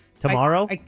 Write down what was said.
tomorrow